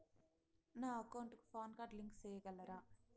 నా అకౌంట్ కు PAN card link సేయగలరా?